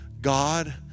God